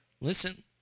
Listen